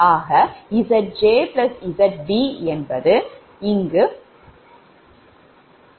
ஆக Zj Zb ஆகும்